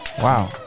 Wow